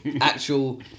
actual